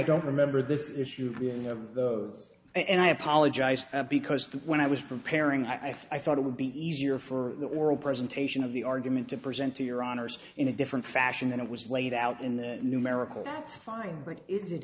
don't remember this issue you know those and i apologize because when i was preparing i thought it would be easier for the oral presentation of the argument to present to your honor's in a different fashion than it was laid out in the numerical that's fine but is it